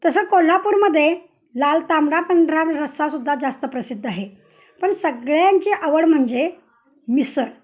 तसं कोल्हापूरमध्ये लाल ताांबडा पांढरा रस्सासुद्धा जास्त प्रसिद्ध आहे पण सगळ्यांची आवड म्हणजे मिसळ